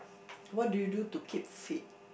what do you do to keep fit